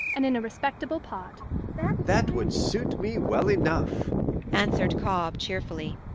and in a respectable part that would suit me well enough answered cobb cheerfully.